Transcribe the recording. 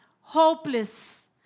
Hopeless